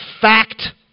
fact